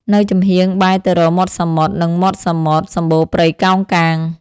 នៅចំហៀងបែរទៅរកមាត់សមុទ្រ និងមាត់សមុទ្រ សំបូរព្រៃកោងកាង ។